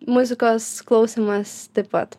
muzikos klausymas taip pat